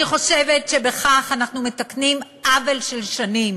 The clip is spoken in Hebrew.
אני חושבת שבכך אנחנו מתקנים עוול של שנים.